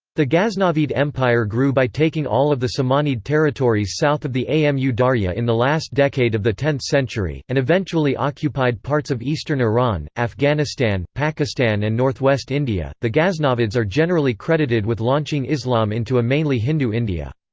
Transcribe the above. the ghaznavid empire grew by taking all of the samanid territories south of the amu darya in the last decade of the tenth century, and eventually occupied parts of eastern iran, afghanistan, pakistan and northwest india the ghaznavids are generally credited with launching islam into a mainly hindu india.